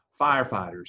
firefighters